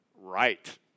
Right